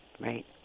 right